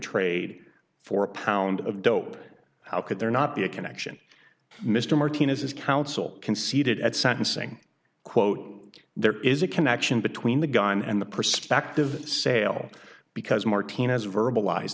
trade for a pound of dope how could there not be a connection mr martinez is counsel conceded at sentencing quote there is a connection between the guy and the prospective sale because martinez verbalize